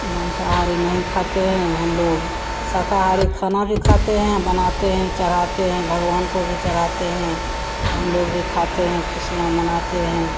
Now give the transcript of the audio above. माँसाहारी नहीं खाते हैं हमलोग शाकाहारी खाना भी खाते हैं बनाते हैं चढ़ाते हैं भगवान को भी चढ़ाते हैं हमलोग भी खाते हैं ख़ुशियाँ मनाते हैं